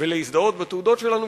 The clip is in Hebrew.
ולהזדהות בתעודות שלנו,